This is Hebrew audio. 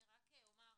אני רק אומר,